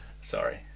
Sorry